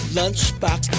lunchbox